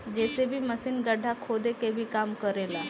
JCB machine गड्ढा खोदे के भी काम करे ला